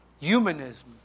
humanism